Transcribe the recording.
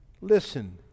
Listen